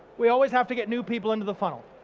we always have to get new people into the funnel,